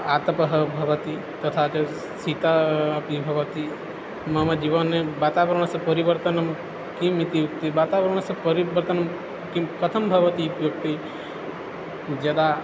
आतपः भवति तथा च सीता अपि भवति मम जीवने वातावरणस्य परिवर्तनं किम् इत्युक्ते वातावरणस्य परिवर्तनं किं कथं भवति इत्युक्ते यदा